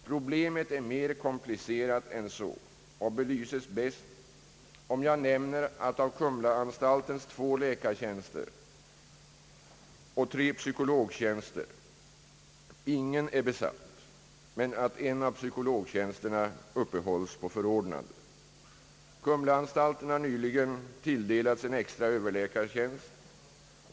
Problemet är mer komplicerat än så och belyses bäst om jag nämner att av Kumlaanstaltens två läkartjänster och tre psykologtjänster ingen är besatt men att en av psykologtjänsterna uppehålls på förordnande. Kumlaanstalten har nyligen tilldelats en extra överläkartjänst.